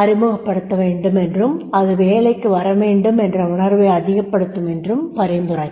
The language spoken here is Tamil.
அறிமுகப்படுத்த வேண்டுமென்றும் அது வேலைக்கு வரவேண்டுமென்ற உணர்வை அதிகப்படுத்தும் என்றும் பரிந்துரைத்தார்